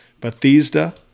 Bethesda